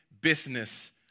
business